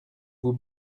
vous